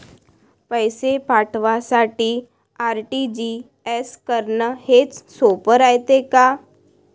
पैसे पाठवासाठी आर.टी.जी.एस करन हेच सोप रायते का?